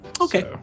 Okay